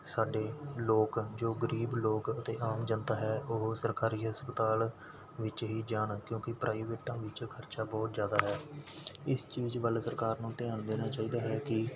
ਸਾਡੇ ਲੋਕ ਜੋ ਗ਼ਰੀਬ ਲੋਕ ਅਤੇ ਆਮ ਜਨਤਾ ਹੈ ਉਹ ਸਰਕਾਰੀ ਹਸਪਤਾਲ ਵਿੱਚ ਹੀ ਜਾਣ ਕਿਉਂਕਿ ਪ੍ਰਾਈਵੇਟਾਂ ਵਿੱਚ ਖ਼ਰਚਾ ਬਹੁਤ ਜ਼ਿਆਦਾ ਹੈ ਇਸ ਚੀਜ਼ ਵੱਲ ਸਰਕਾਰ ਨੂੰ ਧਿਆਨ ਦੇਣਾ ਚਾਹੀਦਾ ਹੈ ਕਿ